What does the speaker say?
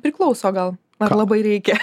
priklauso gal ar labai reikia